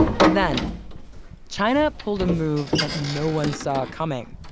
but then china pulled a move that no one saw coming.